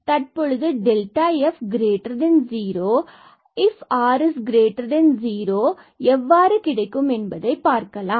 தற்பொழுது f0ifr0எவ்வாறு கிடைக்கும் என்பதை பார்க்கலாம்